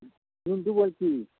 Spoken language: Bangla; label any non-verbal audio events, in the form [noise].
[unintelligible] বলছি